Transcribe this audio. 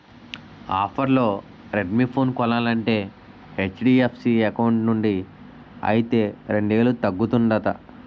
ఆఫర్లో Redmi phone కొనాలంటే HDFC account నుండి అయితే రెండేలు తగ్గుతుందట